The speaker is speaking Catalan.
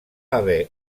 haver